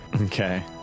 Okay